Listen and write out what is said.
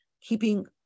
keeping